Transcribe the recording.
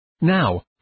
Now